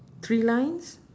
three lines